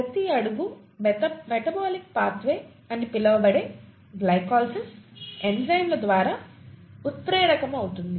ప్రతి అడుగు metabolic pathway అని పిలవబడే గ్లైకోలిసిస్ ఎంజైమ్ల ద్వారా ఉత్ప్రేరకమవుతుంది